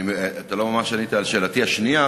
אתה לא ממש ענית על שאלתי השנייה,